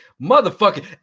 motherfucking